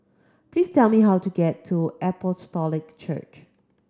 please tell me how to get to Apostolic Church